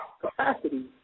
capacity